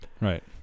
Right